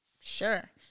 sure